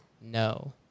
No